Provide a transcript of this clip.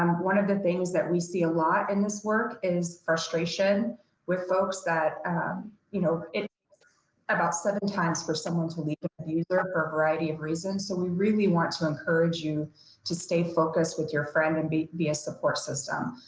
um one of the things that we see a lot in this work is frustration with folks that you know, about seven times for someone to leave an abuser for a variety of reasons. so we really want to encourage you to stay focused with your friend and be be a support system.